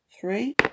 Three